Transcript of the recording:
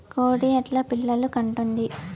కోడి ఎట్లా పిల్లలు కంటుంది?